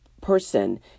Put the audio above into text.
person